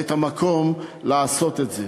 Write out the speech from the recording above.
ואת המקום לעשות את זה,